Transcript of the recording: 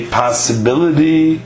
possibility